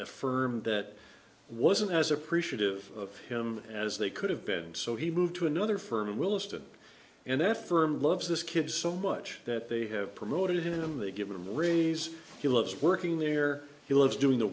a firm that wasn't as appreciative of him as they could have been so he moved to another firm williston and that firm loves this kid so much that they have promoted him they give him a raise he loves working there he loves doing the